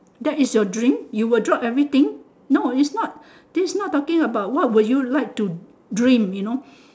that is your dream you'll drop everything no is not this is not talking about what would you like to dream